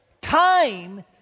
time